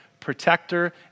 protector